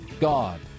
God